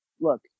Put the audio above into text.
look